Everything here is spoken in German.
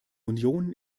union